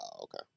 okay